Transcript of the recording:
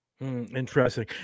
Interesting